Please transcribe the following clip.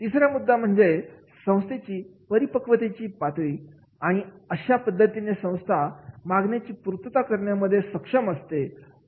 तिसरा महत्त्वाचा मुद्दा म्हणजे संस्थेच्या परिपक्वतेची पातळी आणि अशा पद्धतीने संस्था मागण्यांची पूर्तता करण्यासाठी सक्षम होत असते